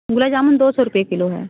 गुलाब जामुन दो सौ रुपये किलो है